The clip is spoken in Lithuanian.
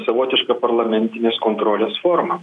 savotiška parlamentinės kontrolės forma